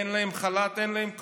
אין להם חל"ת, אין להם כלום.